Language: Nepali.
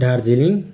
दार्जिलिङ